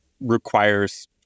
requires